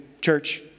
church